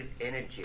energy